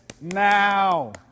now